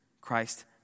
Christ